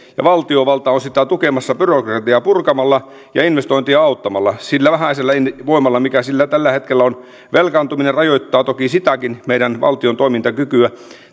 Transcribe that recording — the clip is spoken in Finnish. ja valtiovalta on sitä tukemassa byrokratiaa purkamalla ja investointia auttamalla sillä vähäisellä voimalla mikä sillä tällä hetkellä on velkaantuminen rajoittaa toki sitäkin meidän valtion toimintakykyä